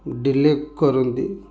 delay କରନ୍ତି